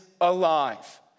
alive